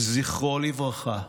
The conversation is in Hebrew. זכרו לברכה.